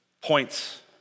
points